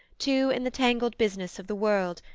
two in the tangled business of the world,